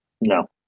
No